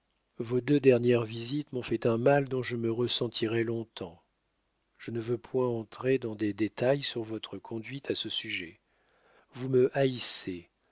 vos deux dernier visites mon fait un mal dont je me résentirai longtemps je ne veux point entrer dans des détailles sur votre condhuite à ce sujet vous me haisez